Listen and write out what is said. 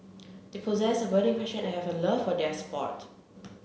they possess a burning passion and have a love for their sport